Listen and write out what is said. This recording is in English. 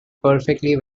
perfectly